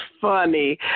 funny